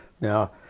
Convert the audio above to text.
Now